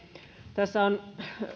tässä on